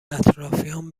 اطرافیام